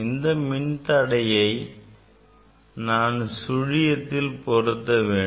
இதன் மின்தடையை நான் சுழியத்தில் பொருத்த வேண்டும்